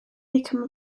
become